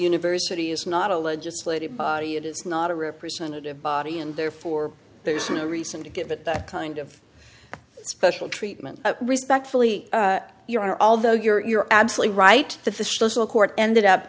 university is not a legislative body it is not a representative body and therefore there's no reason to give it that kind of special treatment respectfully your honor although you're absolutely right that the social court ended up